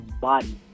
body